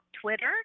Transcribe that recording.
Twitter